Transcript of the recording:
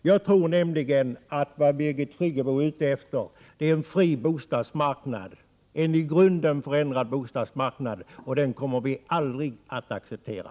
Jag tror att vad Birgit Friggebo är ute efter är en fri bostadsmarknad, en i grunden förändrad bostadsmarknad, och det kommer vi aldrig att acceptera.